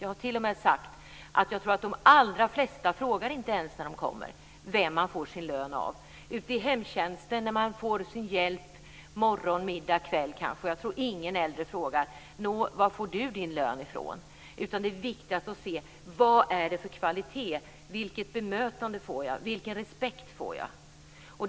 Jag har t.o.m. sagt att jag tror att de allra flesta som kommer inte ens frågar vem personalen får sin lön av. Jag tror inte att någon äldre, när man får sin hjälp morgon, middag och kväll av hemtjänsten, frågar: Var får du din lön ifrån? Det är viktigast att se vilken kvalitet det är och vilket bemötande och vilken respekt jag får.